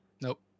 Nope